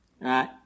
Right